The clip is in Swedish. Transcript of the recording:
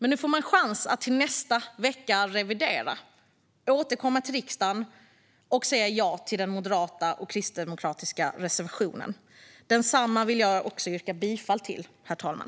Nu får man i stället chans att nästa vecka revidera sitt ställningstagande, återkomma till riksdagen och säga ja till Moderaternas och Kristdemokraternas reservation. Densamma vill jag yrka bifall till, herr talman.